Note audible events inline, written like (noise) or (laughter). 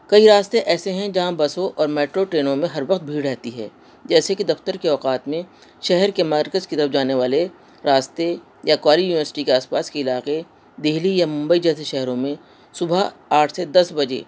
کئی راستے ایسے ہیں جہاں بسوں اور میٹرو ٹرینوں میں ہر وقت بھیڑ رہتی ہے جیسے کہ دفتر کے اوقات میں شہر کے مرکز کی طرف جانے والے راستے یا (unintelligible) یونیورسٹی کے آس پاس کے علاقے دہلی یا ممبئی جیسے شہروں میں صبح آٹھ سے دس بجے